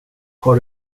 har